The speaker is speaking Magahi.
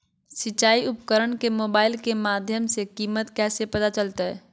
सिंचाई उपकरण के मोबाइल के माध्यम से कीमत कैसे पता चलतय?